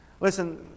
Listen